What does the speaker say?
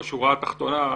בשורה התחתונה,